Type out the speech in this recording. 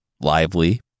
Lively